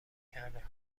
کرده